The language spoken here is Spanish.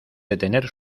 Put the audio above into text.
detener